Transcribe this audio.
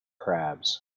crabs